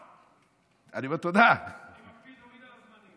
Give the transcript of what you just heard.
אני מקפיד תמיד על הזמנים.